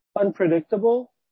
unpredictable